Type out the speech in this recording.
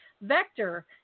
Vector